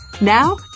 Now